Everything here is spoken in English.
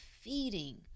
feeding